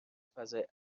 فضای